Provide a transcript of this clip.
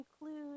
include